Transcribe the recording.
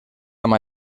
amb